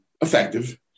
effective